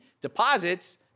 deposits